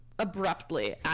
Abruptly